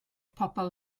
pobl